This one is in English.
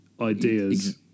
ideas